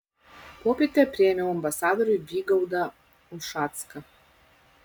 popietę priėmiau ambasadorių vygaudą ušacką